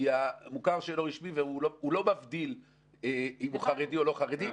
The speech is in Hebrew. כי המוכר שאינו רשמי אינו מבדיל אם הוא חרדי או לא חרדי.